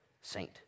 saint